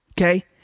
Okay